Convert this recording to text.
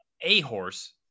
A-horse